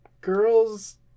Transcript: girls